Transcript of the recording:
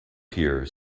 here